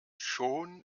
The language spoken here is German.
schon